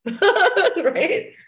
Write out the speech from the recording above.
right